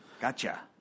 Gotcha